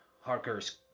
Harker's